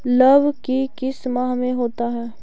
लव की किस माह में होता है?